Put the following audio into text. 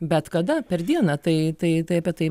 bet kada per dieną tai tai tai apie tai